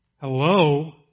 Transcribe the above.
Hello